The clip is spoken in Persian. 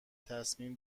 تصمیم